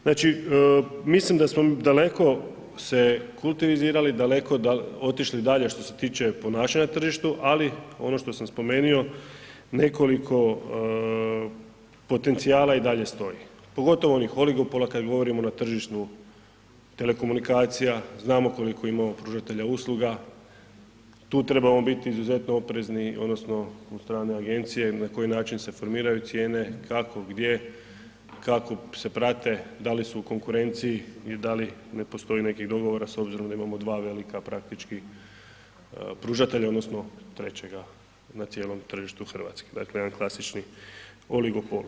Znači, mislim da smo daleko se kultivizirali, daleko otišli dalje što se tiče ponašanja na tržištu, ali ono što sam spomenio nekoliko potencijala i dalje stoji, pogotovo onih oligopola kad govorimo na tržišnu telekomunikacija, znamo koliko imamo pružatelja usluga, tu trebamo biti izuzetno oprezni odnosno od strane agencije, na koji način se formiraju cijene, kako, gdje, kako se prate, da li su u konkurenciji i da li ne postoji nekih dogovora s obzirom da imamo dva velika praktički pružatelja odnosno trećega na cijelom tržištu RH, dakle jedan klasični oligopol.